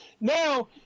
Now